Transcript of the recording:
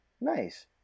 nice